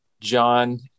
John